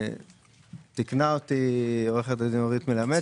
תיקנה אותי עורכת הדין אורית מלמד,